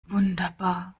wunderbar